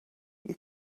you